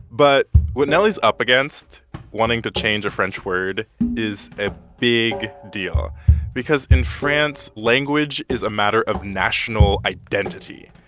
but what nelly's up against wanting to change a french word is a big deal because, in france, language is a matter of national identity.